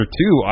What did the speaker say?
two